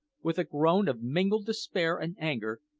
with a groan of mingled despair and anger,